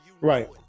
right